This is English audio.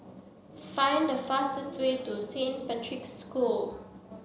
find the fastest way to Saint Patrick's School